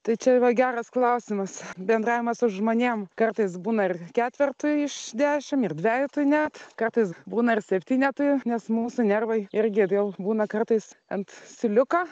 tai čia yra geras klausimas bendravimas su žmonėm kartais būna ir ketvertui iš dešimt ir dvejetui net kartais būna ir septynetui nes mūsų nervai irgi jau būna kartais ant siūliuko